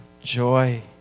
joy